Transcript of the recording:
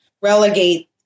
relegate